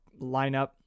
lineup